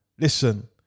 listen